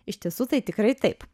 iš tiesų tai tikrai taip